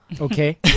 Okay